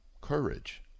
Courage